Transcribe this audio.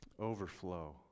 overflow